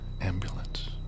ambulance